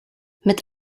mit